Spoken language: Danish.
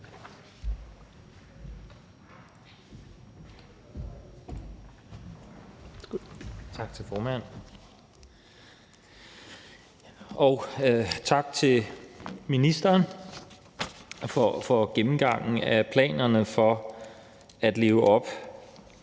Tak til formanden, og tak til ministeren for gennemgangen af planerne for at leve op